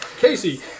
Casey